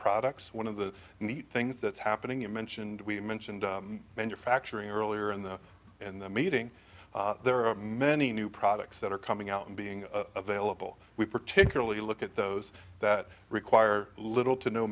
products one of the neat things that's happening you mentioned we mentioned manufacturing earlier in the in the meeting there are many new products that are coming out and being available we particularly look at those that require little to no